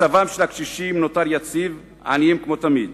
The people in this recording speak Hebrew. מצבם של הקשישים נותר יציב, עניים כמו תמיד.